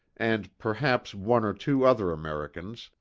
and perhaps one or two other americans,